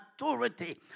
authority